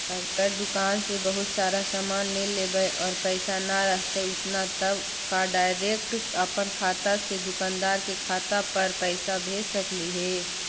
अगर दुकान से बहुत सारा सामान ले लेबै और पैसा न रहतै उतना तब का डैरेकट अपन खाता से दुकानदार के खाता पर पैसा भेज सकली हे?